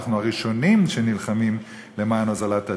ואנחנו הראשונים שנלחמים למען הוזלת הדיור.